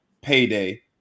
payday